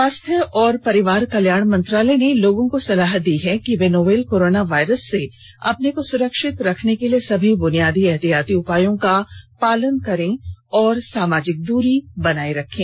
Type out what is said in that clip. स्वास्थ्य और परिवार कल्याण मंत्रालय ने लोगों को सलाह दी है कि वे नोवल कोरोना वायरस से अपने को सुरक्षित रखने के लिए सभी बुनियादी एहतियाती उपायों का पालन करें और सामाजिक दूरी बनाए रखें